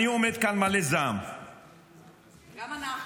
אני עומד כאן מלא זעם --- גם אנחנו.